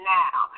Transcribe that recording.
now